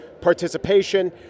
participation